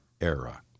era—